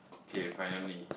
okay finally